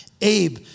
Abe